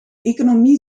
economie